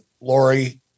Lori